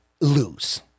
lose